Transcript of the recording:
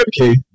Okay